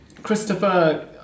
Christopher